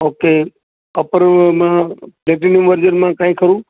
okay અપરમા new વર્ઝનમાં કાઇ ખરું